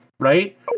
Right